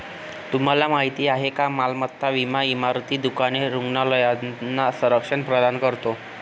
तुम्हाला माहिती आहे का मालमत्ता विमा इमारती, दुकाने, रुग्णालयांना संरक्षण प्रदान करतो